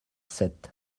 sept